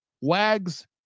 wags